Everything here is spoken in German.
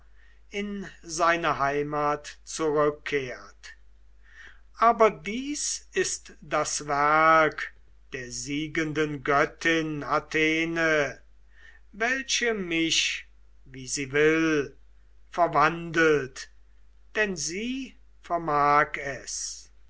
in seine heimat zurückkehrt aber dies ist das werk der siegenden göttin athene welche mich wie sie will verwandelt denn sie vermag es